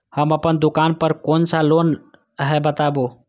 हम अपन दुकान पर कोन सा लोन हैं बताबू?